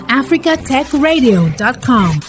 africatechradio.com